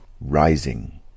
rising